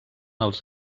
els